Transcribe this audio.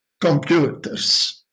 computers